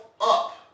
up